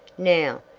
now,